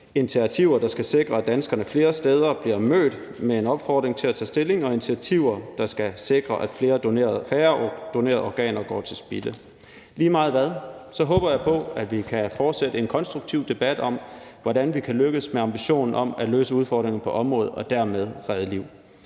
initiativer, der skal sikre, at danskerne flere steder bliver mødt med en opfordring til at tage stilling, og initiativer, der skal sikre, at færre donerede organer går til spilde. Jeg håber på, at vi kan fortsætte en konstruktiv debat om, hvordan vi kan lykkes med ambitionen om at løse udfordringerne på området og dermed redde liv.